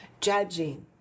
judging